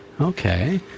Okay